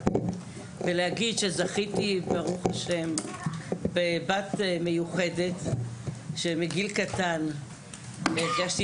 ולהגיד שזכיתי ב"ה בבת מיוחדת שמגיל קטן הרגשתי